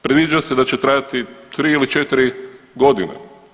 Predviđa se da će trajati 3 ili 4 godine.